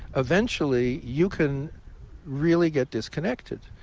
eventually you can really get disconnected.